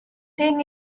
ding